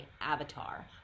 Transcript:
avatar